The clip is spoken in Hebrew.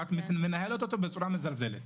ואת מנהלת אותו בצורה מזלזלת.